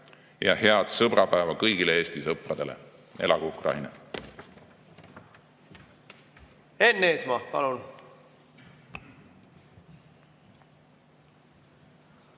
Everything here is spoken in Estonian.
Ja head sõbrapäeva kõigile Eesti sõpradele! Elagu Ukraina! Enn Eesmaa, palun!